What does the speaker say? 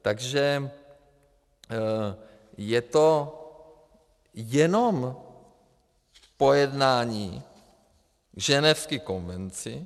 Takže je to jenom pojednání v Ženevské konvenci.